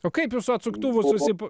o kaip jūs su atsuktuvu taip